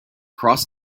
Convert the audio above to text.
cross